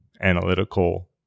analytical